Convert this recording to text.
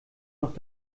noch